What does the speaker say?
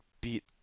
beat